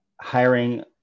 hiring